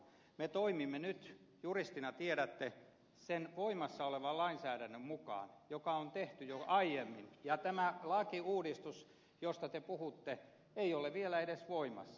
me toimimme nyt juristina tiedätte sen voimassa olevan lainsäädännön mukaan joka on tehty jo aiemmin ja tämä lakiuudistus josta te puhutte ei ole vielä edes voimassa